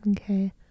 Okay